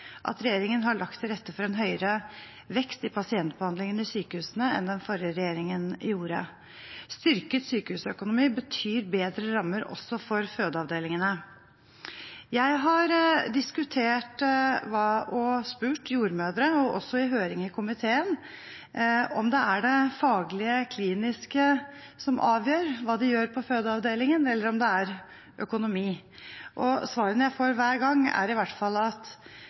at regjeringen har lagt til rette for en høyere vekst i pasientbehandlingen i sykehusene enn den forrige regjeringen gjorde. Styrket sykehusøkonomi betyr bedre rammer, også for fødeavdelingene. Jeg har diskutert med jordmødre og spurt, også i høring i komiteen, om det er det faglige, kliniske som avgjør hva man gjør på fødeavdelingen, eller om det er økonomi. Svarene jeg får hver gang, er i hvert fall at